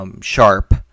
sharp